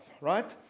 right